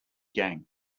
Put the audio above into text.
gang